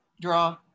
draw